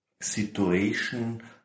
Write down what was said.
situation